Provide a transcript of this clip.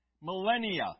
Millennia